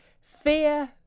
Fear